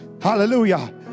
Hallelujah